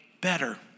better